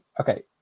okay